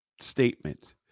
statement